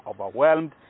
overwhelmed